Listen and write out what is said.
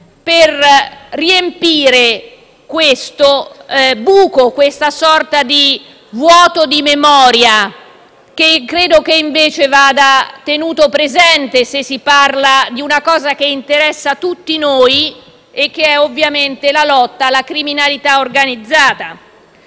per riempire questo buco, una sorta di vuoto di memoria, che credo invece vadano tenuti presenti se si parla di una cosa che interessa tutti noi, che è ovviamente la lotta alla criminalità organizzata.